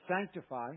sanctify